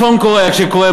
כשקורה,